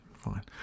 fine